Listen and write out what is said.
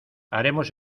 haremos